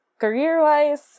Career-wise